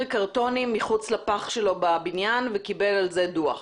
קרטונים מחוץ לפח שלו בבניין וקיבל על זה דוח?